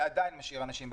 ועדיין משאיר אנשים בבית,